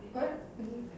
but